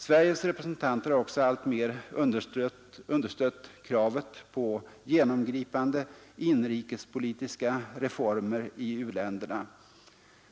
Sveriges representanter har också alltmer understött kravet på genomgripande inrikespolitiska reformer i u-länderna.